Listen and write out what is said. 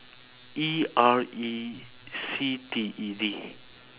E R E C T E D